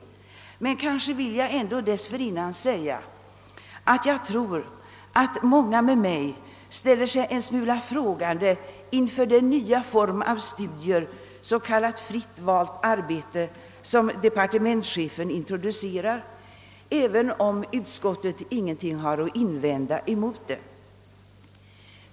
Men kanske vill jag dessförinnan säga, att jag tror att många med mig ställer sig en smula frågande inför den nya form av studier, s.k. fritt valt arbete, som departementschefen introducerar, även om utskottet intet har att invända häremot.